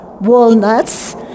walnuts